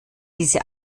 diese